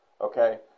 okay